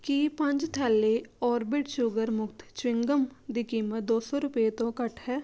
ਕੀ ਪੰਜ ਥੈਲੈ Orbit sugar ਮੁਕਤ ਚਿਊਇੰਗਮ ਦੀ ਕੀਮਤ ਦੋ ਸੋ ਰੁਪਏ ਤੋਂ ਘੱਟ ਹੈ